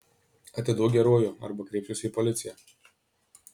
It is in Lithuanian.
atiduok geruoju arba kreipsiuosi į policiją